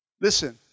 Listen